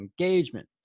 engagement